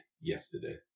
yesterday